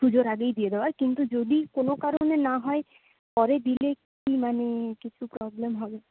পুজোর আগেই দিয়ে দেওয়ার কিন্তু যদি কোনো কারণে না হয় পরে দিলে কি মানে কিছু প্রবলেম হবে